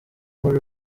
muri